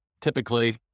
typically